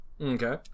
Okay